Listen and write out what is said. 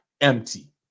empty